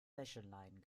wäscheleinen